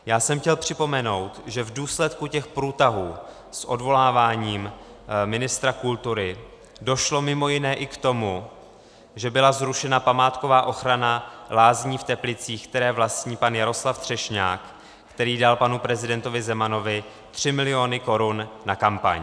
Já jsem chtěl připomenout, že v důsledku těch průtahů s odvoláváním ministra kultury došlo mimo jiné i k tomu, že byla zrušena památková ochrana lázní v Teplicích, které vlastní pan Jaroslav Třešňák, který dal panu prezidentovi Zemanovi tři miliony korun na kampaň.